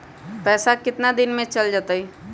पैसा कितना दिन में चल जतई?